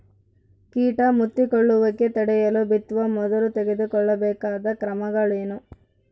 ಕೇಟ ಮುತ್ತಿಕೊಳ್ಳುವಿಕೆ ತಡೆಯಲು ಬಿತ್ತುವ ಮೊದಲು ತೆಗೆದುಕೊಳ್ಳಬೇಕಾದ ಕ್ರಮಗಳೇನು?